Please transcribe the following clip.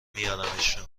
میارمشون